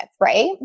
Right